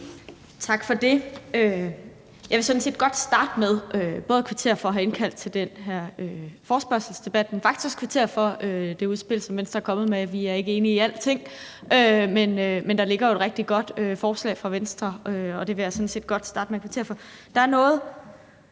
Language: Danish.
Tak for det. Jeg vil sådan set godt starte med både at kvittere for at have indkaldt til den her forespørgselsdebat, men faktisk også for det udspil, som Venstre er kommet med. Vi er ikke enige i alting, men der ligger jo et rigtig godt forslag fra Venstre, og det vil jeg sådan set godt starte med at kvittere for. Måske lidt